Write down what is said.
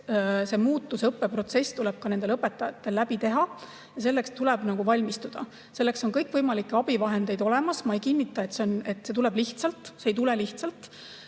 [kaasnev] õppeprotsess tuleb ka nendel õpetajatel läbi teha ja selleks tuleb valmistuda. Selleks on olemas kõikvõimalikke abivahendeid. Ma ei kinnita, et see tuleb lihtsalt, see ei tule lihtsalt.